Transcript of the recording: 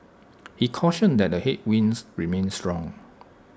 he cautioned that the headwinds remain strong